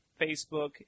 Facebook